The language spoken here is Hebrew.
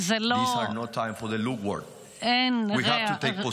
עלינו להתייצב,